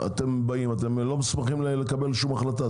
אתם באים ואתם לא מוסמכים לקבל שום החלטה,